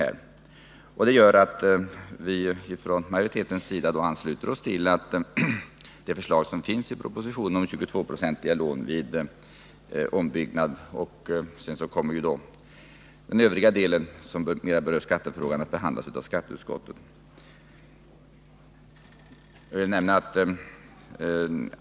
Detta gör att vi från majoritetens sida ansluter oss till det förslag som finns i propositionen om 22-procentiga lån vid ombyggnad. Sedan kommer den återstående delen, som mera berör skattefrågan, att behandlas av skatteutskottet.